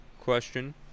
question